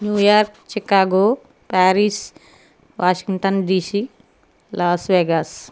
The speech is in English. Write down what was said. New York Chicago Paris Washington DC Las Vegas